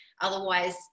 otherwise